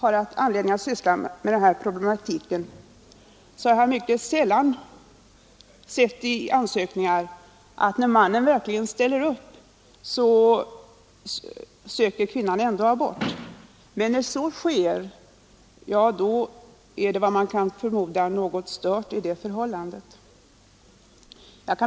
jag haft anledning syssla med denna problematik har jag mycket sällan kunnat läsa i ansökningshandlingarna att kvinnan har sökt abort om mannen verkligen ställt upp. När så inte skett kan man förmoda att det förekommit störningar i förhållandet dem emellan.